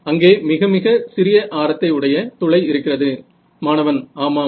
அங்கே மிக மிக சிறிய ஆரத்தை உடைய துளை இருக்கிறது மாணவன் ஆமாம்